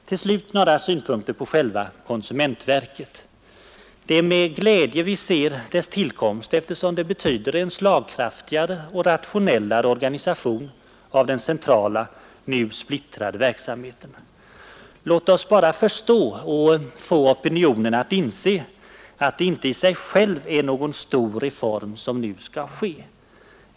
Till slut några synpunkter på själva konsumentverket. Det är med glädje vi ser dess tillkomst, eftersom det betyder en slagkraftigare och rationellare organisation av den centrala, nu alltför splittrade verksamheten. Låt oss bara förstå — och få opinionen att inse — att det inte i sig själv är någon stor reform som nu skall ske.